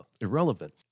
irrelevant